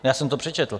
Já jsem to přečetl.